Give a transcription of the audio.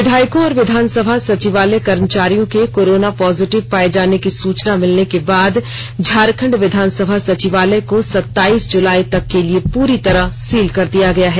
विधायकों और विधानसभा सचिवालय कर्मचारियों के कोरोना पॉजिटिव पाये जाने की सूचना मिलने के बाद झारखंड विधानसभा सचिवालय को सत्ताइस जुलाई तक के लिए पूरी तरह सील कर दिया गया है